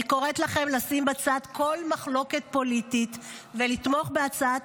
אני קוראת לכם לשים בצד כל מחלוקת פוליטית ולתמוך בהצעת